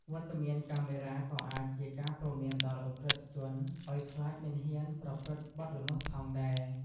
វត្តមានកាមេរ៉ាក៏អាចជាការព្រមានដល់ឧក្រិដ្ឋជន ឲ្យខ្លាចមិនហ៊ានប្រព្រឹត្តបទល្មើសផងដែរ។